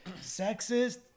sexist